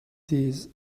these